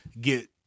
get